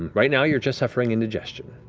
and right now, you're just suffering indigestion.